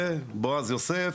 ובועז יוסף,